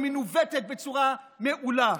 שמנווטת בצורה מעולה.